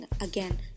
Again